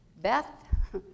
Beth